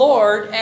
Lord